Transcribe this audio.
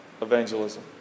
Evangelism